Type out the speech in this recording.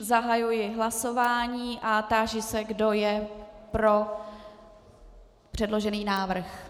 Zahajuji hlasování a táži se, kdo je pro předložený návrh.